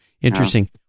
Interesting